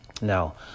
Now